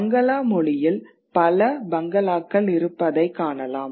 பங்களா மொழியில் பல பங்களாக்கள் இருப்பதைக் காணலாம்